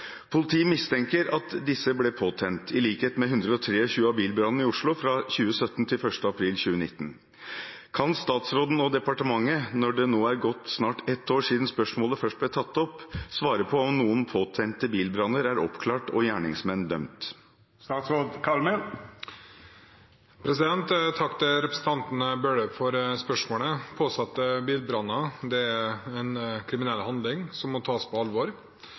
Oslo fra 2017 til 1. april 2019. Kan statsråden og departementet, når det nå er gått snart ett år siden spørsmålet først ble tatt opp, svare på om noen påtente bilbranner er oppklart og gjerningsmenn dømt?» Takk til representanten Bøhler for spørsmålet. Påsatte bilbranner er en kriminell handling som må tas på alvor.